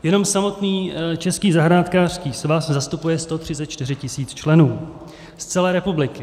Jenom samotný Český zahrádkářský svaz zastupuje 134 tisíc členů z celé republiky.